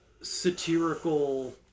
satirical